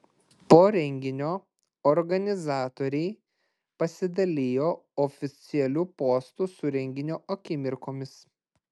po renginio organizatoriai pasidalijo oficialiu postu su renginio akimirkomis